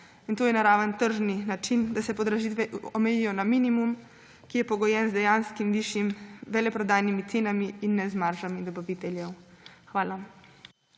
In to je naraven tržni način, da se podražitve omejijo na minimum, ki je pogojen z dejanskimi višjimi veleprodajnimi cenami in ne z maržami dobaviteljev. Hvala.